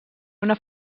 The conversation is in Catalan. una